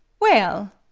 well,